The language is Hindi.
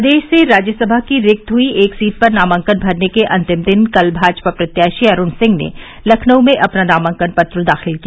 प्रदेश से राज्यसभा की रिक्त हुई एक सीट पर नामांकन भरने के अंतिम दिन कल भाजपा प्रत्याशी अरूण सिंह ने लखनऊ में अपना नामांकन पत्र दाखिल किया